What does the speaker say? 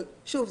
אבל שוב,